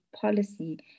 policy